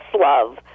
love